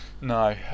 No